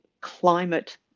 climate